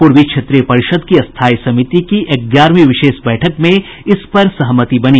पूर्वी क्षेत्रीय परिषद की स्थायी समिति की ग्यारहवीं विशेष बैठक में इस पर सहमति बनी